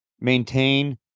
maintain